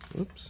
oops